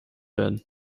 werden